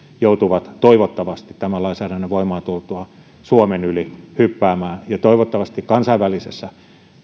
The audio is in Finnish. joutuvat toivottavasti tämän lainsäädännön voimaan tultua suomen yli hyppäämään toivottavasti kansainvälisessä